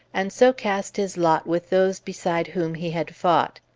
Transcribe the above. and so cast his lot with those beside whom he had fought.